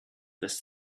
this